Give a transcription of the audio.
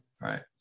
right